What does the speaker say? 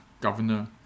governor